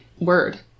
word